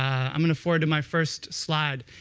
i'm going to forward to my first slide.